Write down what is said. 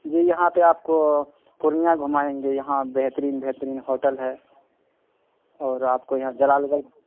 جی یہاں پہ آپ کو پورنیہ گھمائیں گے یہاں بہترین بہترین ہوٹل ہے اور آپ کو یہاں جلال گڑھ